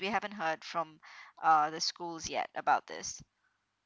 we haven't heard from uh the schools yet about this